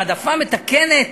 העדפה מתקנת,